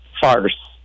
farce